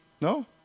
No